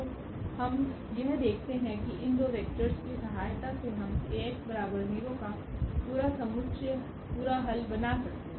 तो हम यह देखते है की इन दो वेक्टोर्स की सहायता से हम का पूरा समुच्चय पूरा हल समुच्चय बना सकते है